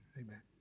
Amen